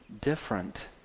different